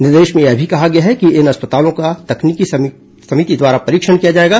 निर्देश में यह भी कहा गया है कि इन अस्पतालों का तकनीकी समिति द्वारा परीक्षण किया जाएगा